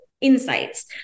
insights